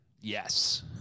Yes